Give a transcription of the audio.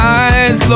eyes